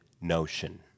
notion